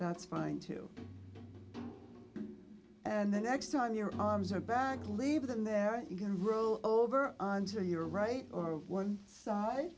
that's fine too and the next time your arms are back leave them there you can roll over on to your right or one side